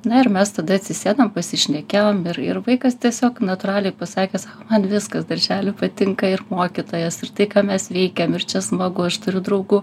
na ir mes tada atsisėdom pasišnekėjom ir ir vaikas tiesiog natūraliai pasakęs man viskas daržely patinka ir mokytojos ir tai ką mes veikiam ir čia smagu aš turiu draugų